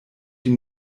die